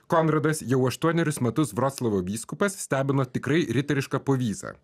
konradas jau aštuonerius metus vroclavo vyskupas stebino tikrai riteriška povyza